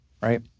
right